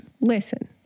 listen